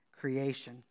creation